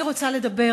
אני רוצה לדבר,